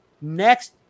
next